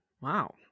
Wow